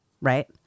Right